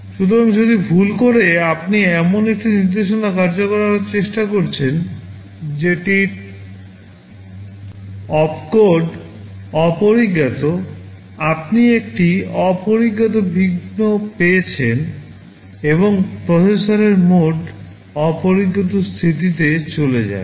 সুতরাং যদি ভুল করে আপনি এমন একটি নির্দেশনা কার্যকর করার চেষ্টা করছেন যেটির opcode সজ্ঞাত আপনি একটি সজ্ঞাত বিঘ্ন পেয়েছেন এবং প্রসেসরের মোড সজ্ঞাত স্থিতি und স্ট্যাটাসএ চলে যাবে